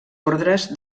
ordres